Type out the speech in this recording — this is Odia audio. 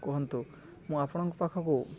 କୁହନ୍ତୁ ମୁଁ ଆପଣଙ୍କ ପାଖକୁ